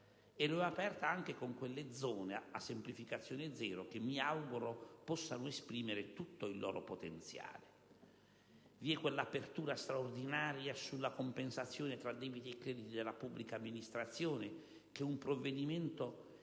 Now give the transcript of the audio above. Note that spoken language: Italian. è stata aperta anche con quelle zone «a burocrazia zero» che mi auguro possano esprimere tutto il loro potenziale. Vi è quell'apertura straordinaria sulla compensazione tra debiti e crediti della pubblica amministrazione, che è un provvedimento